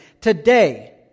Today